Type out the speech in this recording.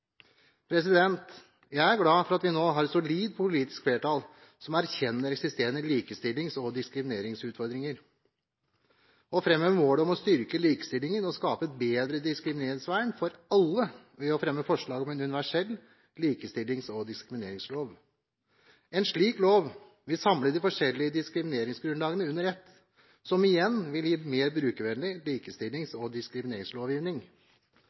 overgrep. Jeg er glad for at vi nå har et solid politisk flertall som erkjenner eksisterende likestillings- og diskrimineringsutfordringer, og framhever målet om å styrke likestillingen og skape et bedre diskrimineringsvern for alle ved å fremme forslag om en universell likestillings- og diskrimineringslov. En slik lov vil samle de forskjellige diskrimineringsgrunnlagene under ett, noe som igjen vil gi mer brukervennlig likestillings- og diskrimineringslovgivning.